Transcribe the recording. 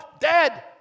dead